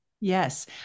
Yes